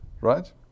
right